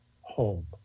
home